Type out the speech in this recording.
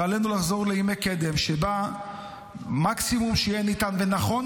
ועלינו לחזור לימי קדם שבהם מקסימום שיהיה ניתן ונכון